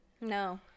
No